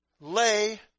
lay